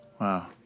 Wow